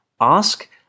ask